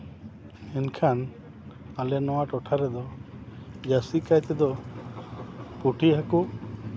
ᱢᱮᱱᱠᱷᱟᱱ ᱟᱞᱮ ᱱᱚᱣᱟ ᱴᱚᱴᱷᱟ ᱨᱮᱫᱚ ᱡᱟᱹᱥᱛᱤ ᱠᱟᱭᱛᱮᱫᱚ ᱯᱩᱴᱷᱤ ᱦᱟᱹᱠᱩ